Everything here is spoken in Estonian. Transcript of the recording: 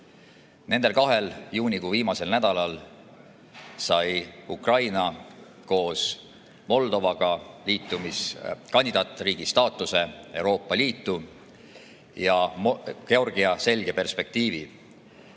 Nendel kahel juunikuu viimasel nädalal sai Ukraina koos Moldovaga Euroopa Liidu kandidaatriigi staatuse ja Georgia selge perspektiivi.